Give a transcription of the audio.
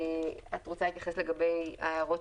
את רוצה להתייחס לגבי ההערות,